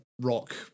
rock